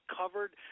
covered